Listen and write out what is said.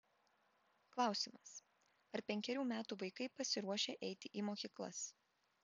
klausimas ar penkerių metų vaikai pasiruošę eiti į mokyklas